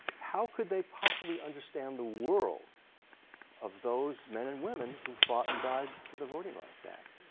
how could they possibly understand the world of those men and women who fought and died for the voting rights act.